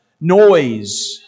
noise